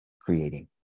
creating